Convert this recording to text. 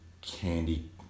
candy